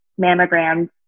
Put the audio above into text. mammograms